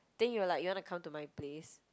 then you're like you wanna come to my place